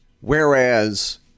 Whereas